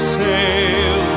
sail